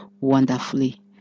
wonderfully